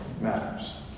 matters